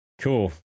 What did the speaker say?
Cool